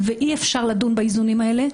ואי אפשר לדון באיזונים האלה,